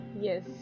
yes